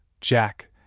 Jack